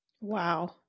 Wow